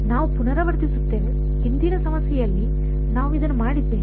ನಾವು ಪುನರಾವರ್ತಿಸುತ್ತೇವೆ ಹಿಂದಿನ ಸಮಸ್ಯೆಯಲ್ಲಿ ನಾವು ಇದನ್ನು ಮಾಡಿದ್ದೇವೆ